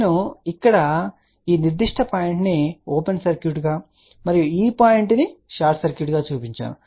నేను ఇక్కడ ఈ నిర్దిష్ట పాయింట్ను ఓపెన్ సర్క్యూట్గా మరియు ఈ పాయింట్ను షార్ట్ సర్క్యూట్గా చూపించాను